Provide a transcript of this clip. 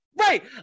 right